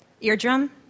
Eardrum